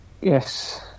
Yes